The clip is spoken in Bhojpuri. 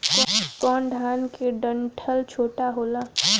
कौन धान के डंठल छोटा होला?